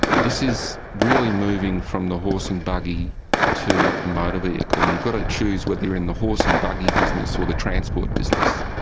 this is really moving from the horse and buggy to the motor vehicle and you've got to choose whether you're in the horse and buggy business or the transport business.